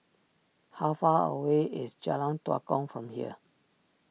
how far away is Jalan Tua Kong from here